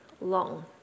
long